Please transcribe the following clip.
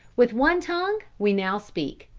with one tongue we now speak.